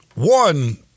One